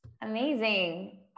Amazing